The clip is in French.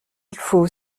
faut